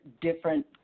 different